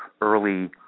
early